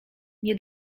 nie